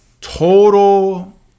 total